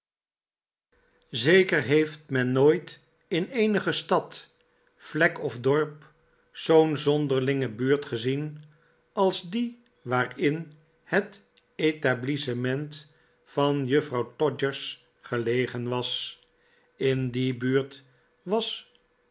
zeker heeft men nooit in eenige stad vlek of dorp zoo'n zonderlinge buurt gezien als die waarin bet etablissement van juffrouw todgers gelegen was in die buurt was